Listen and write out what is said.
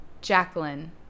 Jacqueline